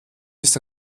ist